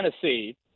Tennessee